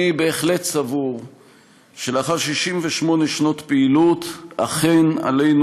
אני בהחלט סבור שלאחר 68 שנות פעילות אכן עלינו